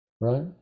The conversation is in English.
right